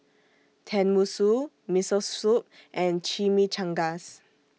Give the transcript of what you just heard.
Tenmusu Miso Soup and Chimichangas